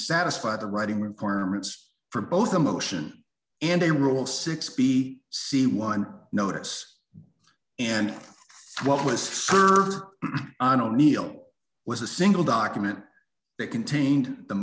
satisfy the writing requirements for both a motion and a rule six b c one notice and what was served on o'neil was a single document that contained the